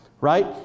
right